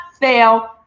fail